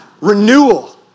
renewal